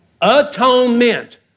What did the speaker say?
Atonement